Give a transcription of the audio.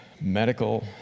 medical